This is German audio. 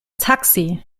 taxi